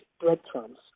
breadcrumbs